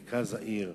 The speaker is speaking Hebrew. במרכז העיר,